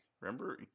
Remember